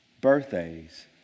birthdays